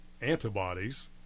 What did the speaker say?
antibodies